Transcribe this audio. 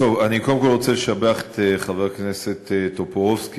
אני קודם כול רוצה לשבח את חבר הכנסת טופורובסקי,